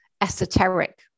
esoteric